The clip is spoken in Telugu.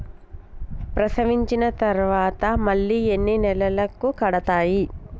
ప్రసవించిన తర్వాత మళ్ళీ ఎన్ని నెలలకు కడతాయి?